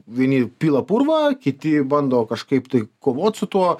vieni pila purvą kiti bando kažkaip tai kovot su tuo